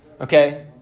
Okay